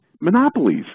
monopolies